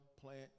plant